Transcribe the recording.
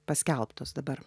paskelbtos dabar